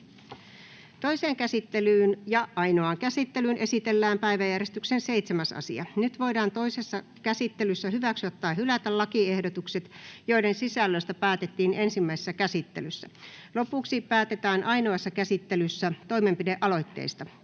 Toiseen käsittelyyn ja ainoaan käsittelyyn esitellään päiväjärjestyksen 7. asia. Nyt voidaan toisessa käsittelyssä hyväksyä tai hylätä lakiehdotukset, joiden sisällöstä päätettiin ensimmäisessä käsittelyssä. Lopuksi päätetään ainoassa käsittelyssä toimenpidealoitteista.